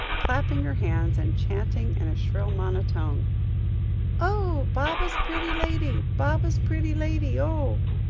clapping her hands and chanting in a shrill monotone oh! baba's pretty lady, baba's pretty lady, oh!